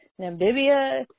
Namibia